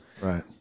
Right